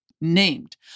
Named